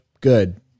good